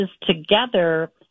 together